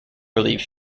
relieve